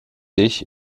sich